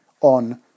on